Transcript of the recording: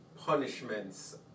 punishments